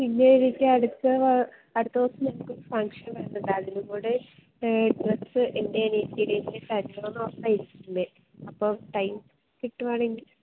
ഇന്ന് എനിക്ക് അടുത്തത് അടുത്ത ദിവസം ഞങ്ങൾക്കൊരു ഫങ്ഷനുണ്ട് ഡ്രസ്സ് എൻ്റെ വീട്ടിലേക്കു തരുമോയെന്നു നോക്കാൻ ഇരിക്കുന്നത് അപ്പം ടൈം കിട്ടുകയാണെങ്കിൽ